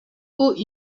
hauts